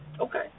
Okay